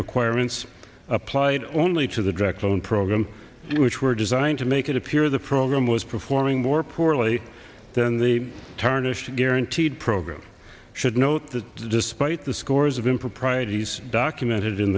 requirements applied only to the direct loan program which were designed to make it appear the program was performing more poorly than the turn of guaranteed program should note that despite the scores of improprieties documented in